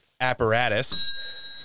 apparatus